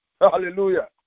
Hallelujah